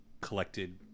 collected